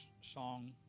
song